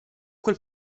quel